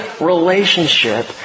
relationship